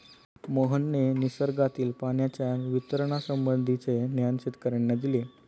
मोहनने निसर्गातील पाण्याच्या वितरणासंबंधीचे ज्ञान शेतकर्यांना दिले